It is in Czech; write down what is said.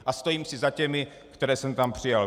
A stojím si za těmi, které jsem tam přijal.